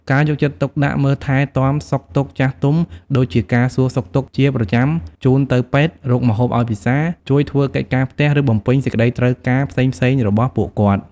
ការយកចិត្តទុកដាក់មើលថែទាំសុខទុក្ខចាស់ទុំដូចជាការសួរសុខទុក្ខជាប្រចាំ ជូនទៅពេទ្យ រកម្ហូបឲ្យពិសា ជួយធ្វើកិច្ចការផ្ទះ ឬបំពេញសេចក្ដីត្រូវការផ្សេងៗរបស់ពួកគាត់។